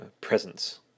presence